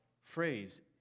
phrase